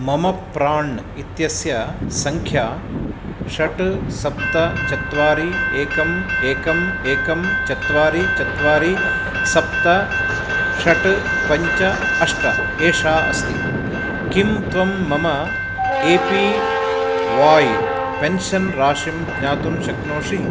मम प्राण् इत्यस्य सङ्ख्या षट् सप्त चत्वारि एकम् एकम् एकं चत्वारि चत्वारि सप्त षट् पञ्च अष्ट एषा अस्ति किं त्वं मम ए पी वै पेन्षन् राशिं ज्ञातुं शक्नोषि